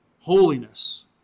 Holiness